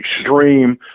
extreme